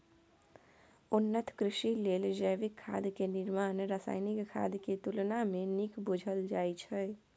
उन्नत कृषि लेल जैविक खाद के निर्माण रासायनिक खाद के तुलना में नीक बुझल जाइ छइ